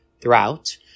throughout